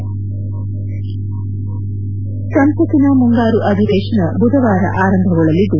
ಮುಖ್ಯಾಂಶ ಸಂಸತ್ತಿನ ಮುಂಗಾರು ಅಧಿವೇತನ ಬುಧವಾರ ಆರಂಭಗೊಳ್ಳಲಿದ್ದು